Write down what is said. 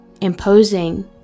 imposing